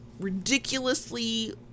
ridiculously